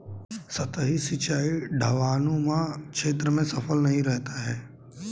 सतही सिंचाई ढवाऊनुमा क्षेत्र में सफल नहीं रहता है